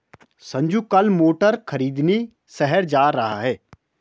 संजू कल मोटर खरीदने शहर जा रहा है